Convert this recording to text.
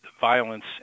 violence